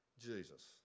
Jesus